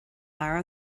leabhar